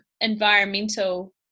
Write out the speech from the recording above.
environmental